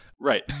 Right